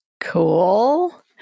cool